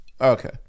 okay